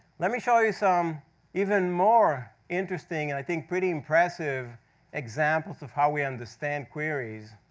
let me show you some even more interesting, and i think, pretty impressive examples of how we understand queries.